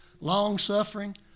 longsuffering